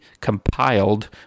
compiled